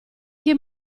che